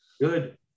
Good